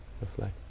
reflect